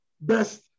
best